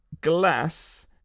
Glass